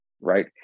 right